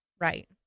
Right